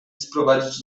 sprowadzić